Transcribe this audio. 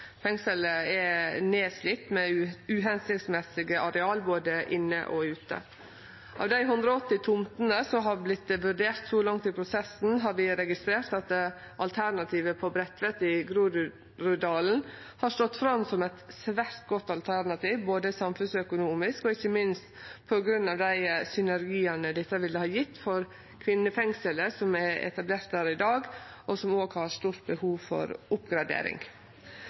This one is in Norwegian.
Fengselet er nedslite med uhensiktsmessige areal både inne og ute. Av dei 180 tomtene som er vurderte så langt i prosessen, har vi registrert at alternativet på Bredtvet i Groruddalen har stått fram som eit svært godt alternativ både samfunnsøkonomisk og ikkje minst på grunn av dei synergiane dette ville ha gjeve for kvinnefengselet som er etablert der i dag, og som òg har stort behov for oppgradering.